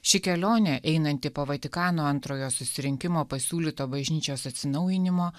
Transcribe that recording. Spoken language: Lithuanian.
ši kelionė einanti po vatikano antrojo susirinkimo pasiūlyto bažnyčios atsinaujinimo